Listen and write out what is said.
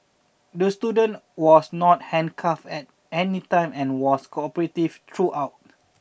the student was not handcuffed at any time and was cooperative throughout